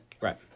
Right